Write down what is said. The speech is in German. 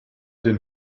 den